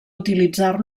utilitzar